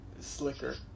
slicker